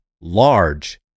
large